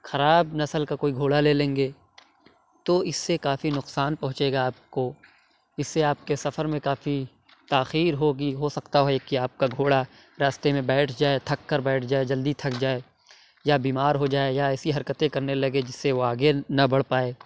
خراب نسل کا کوئی گھوڑا لے لیں گے تو اس سے کافی نقصان پہنچے گا آپ کو اس سے آپ کے سفر میں کافی تاخیر ہوگی ہو سکتا ہو کہ آپ کا گھوڑا راستے میں بیٹھ جائے تھک کر بیٹھ جائے جلدی تھک جائے یا بیمار ہو جائے یا ایسی حرکتیں کرنے لگے جس سے وہ آگے نہ بڑھ پائے